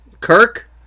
Kirk